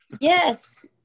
yes